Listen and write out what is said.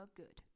good